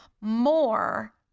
more